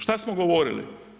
Šta smo govorili?